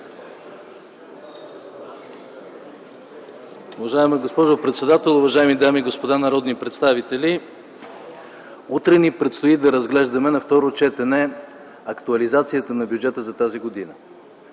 Уважаема госпожо председател, уважаеми дами и господа народни представители! Утре ни предстои да разглеждаме на второ четене актуализацията на бюджета за тази година.